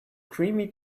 creamy